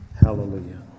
Hallelujah